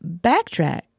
backtrack